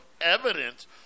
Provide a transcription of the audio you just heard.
evidence